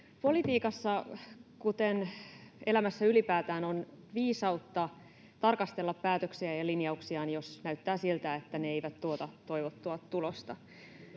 Politiikassa, kuten elämässä ylipäätään, on viisautta tarkastella päätöksiään ja linjauksiaan, jos näyttää siltä, että ne eivät tuota toivottua tulosta.